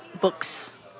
books